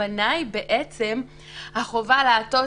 הכוונה היא בעצם החובה לעטות